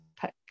pick